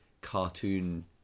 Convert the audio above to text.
cartoon